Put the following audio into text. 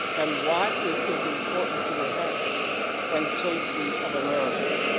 and why it is important to the health and safety of americans,